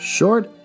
Short